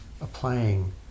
applying